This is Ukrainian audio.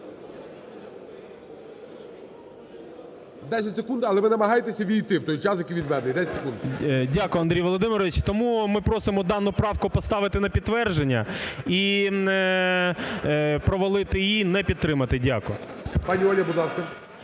Дякую, Андрій Володимирович. Тому ми просимо дану правку поставити на підтвердження і провалити її, не підтримати. Дякую.